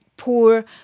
poor